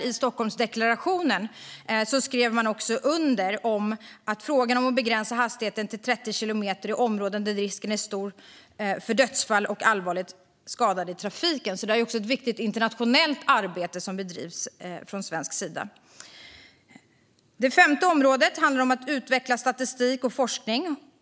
I Stockholmsdeklarationen skrev man då under på att begränsa hastigheten till 30 kilometer per timme i områden där risken är stor för dödsfall och allvarligt skadade i trafiken. Från svensk sida bedrivs alltså ett viktigt internationellt arbete. Det femte området handlar om att utveckla statistik och forskning.